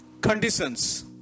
conditions